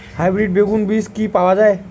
Hybrid বেগুন বীজ কি পাওয়া য়ায়?